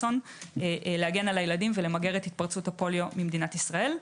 רצון להגן על הילדים ולמגר את התפרצות הפוליו ממדינת ישראל.